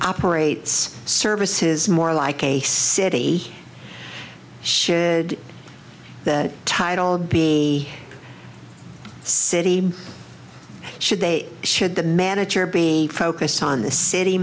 operate services more like a city shed that title b city should they should the manager be focused on the city